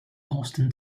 austin